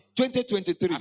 2023